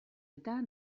eta